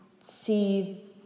see